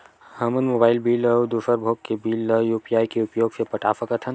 हमन mobile bill अउ दूसर भोग के बिल ला यू.पी.आई के उपयोग से पटा सकथन